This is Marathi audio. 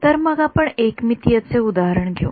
तर मग आपण एकमितीय चे उदाहरण घेऊ